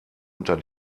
unter